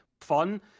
fun